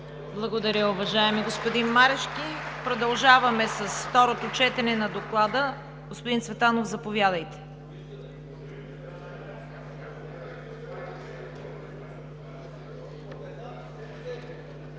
Благодаря, уважаеми господин Марешки. Продължаваме с второто четене на доклада. Господин Цветанов, заповядайте.